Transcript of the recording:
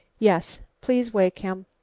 yes, please wake him.